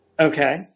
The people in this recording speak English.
Okay